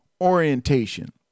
orientation